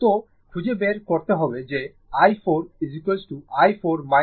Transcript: তো খুঁজে পাবে যে i4 i 4 i 4 প্রায় 4 অ্যাম্পিয়ার